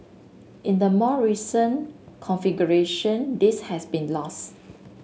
in the more recent configuration this has been lost